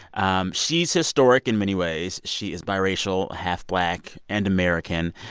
um she's historic in many ways. she is biracial half-black and american.